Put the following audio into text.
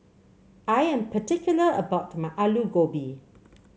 I am particular about my Alu Gobi